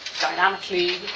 dynamically